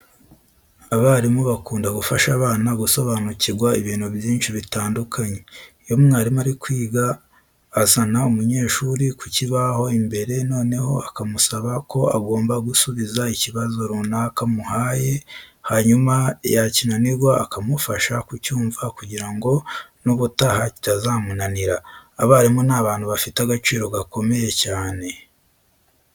Abarimu bakunda gufasha abana gusobanukirwa ibintu byinshi bitandukanye. Iyo mwarimu ari kwiga azana umunyeshuri ku kibaho imbere noneho akamusaba ko agomba gusubiza ikibazo runaka amuhaye, hanyuma yakinanirwa akamufasha kucyumva kugira ngo n'ubutaha kitazamunanira. Abarimu ni abantu bafite agaciro gakomeye cyane.